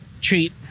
treat